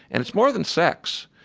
and it's more than sex.